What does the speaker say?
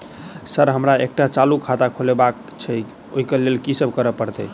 Sir हमरा एकटा चालू खाता खोलबाबह केँ छै ओई लेल की सब करऽ परतै?